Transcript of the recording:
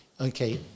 Okay